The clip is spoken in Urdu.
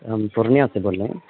ہم پورنیہ سے بول رہے ہیں